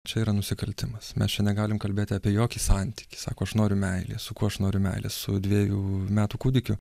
čia yra nusikaltimas mes čia negalime kalbėti apie jokį santykį sako aš noriu meilės su kuo aš noriu meilės su dvejų metų kūdikiu